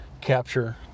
capture